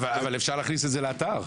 אבל אפשר להכניס את זה לאתר.